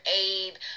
aid